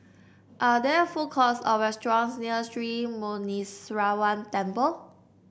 are there food courts or restaurants near Sri Muneeswaran Temple